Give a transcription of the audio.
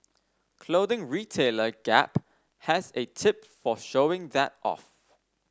clothing retailer Gap has a tip for showing that off